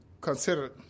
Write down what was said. considered